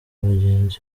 bagenzi